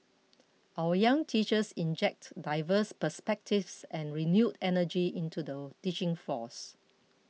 our young teachers inject diverse perspectives and renewed energy into the teaching force